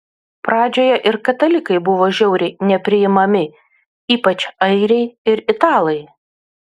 pradžioje ir katalikai buvo žiauriai nepriimami ypač airiai ir italai